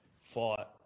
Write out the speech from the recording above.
fight